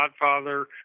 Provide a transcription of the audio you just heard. godfather